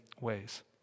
ways